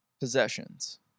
possessions